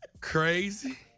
Crazy